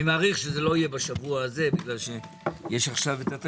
אני מעריך שזה לא יהיה בשבוע הזה כי יש התקציב.